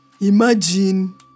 Imagine